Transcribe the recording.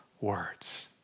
words